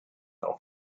auf